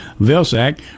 Vilsack